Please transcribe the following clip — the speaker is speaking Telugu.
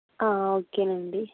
ఓకేనండి